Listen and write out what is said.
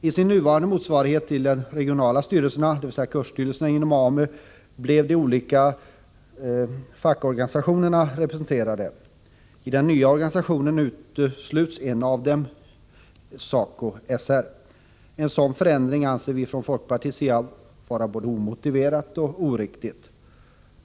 I den nuvarande motsvarigheten till de regionala styrelserna, dvs. kursstyrelserna inom AMU, blev de olika fackorganisationerna representerade. I den nya organisationen utesluts en av organisationerna, SACO/SR. Denna förändring anser vi inom folkpartiet vara både omotiverad och oriktig.